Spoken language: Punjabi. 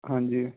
ਹਾਂਜੀ